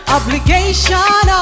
obligation